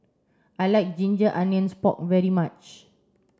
I like ginger onions pork very much